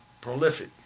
Prolific